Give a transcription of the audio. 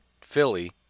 Philly